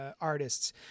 artists